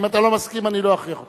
אם אתה לא מסכים, אני לא אכריח אותך.